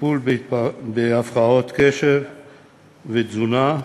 טיפול בהפרעות תקשורת ותזונה,